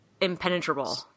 impenetrable